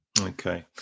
Okay